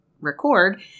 record